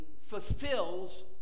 fulfills